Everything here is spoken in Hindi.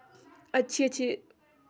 अच्छे अच्छे